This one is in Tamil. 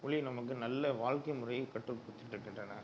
மொழி நமக்கு நல்ல வாழ்க்கை முறையை கற்றுக்கொடுத்துருக்கின்றன